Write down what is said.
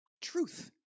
truth